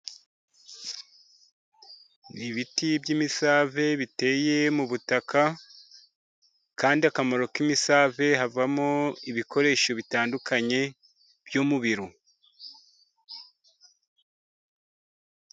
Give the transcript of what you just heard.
Ibiti by'imisave biteye mu butaka, kandi akamaro k'imisave havamo ibikoresho bitandukanye byo mu biro.